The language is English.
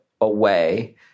away